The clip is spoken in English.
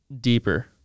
deeper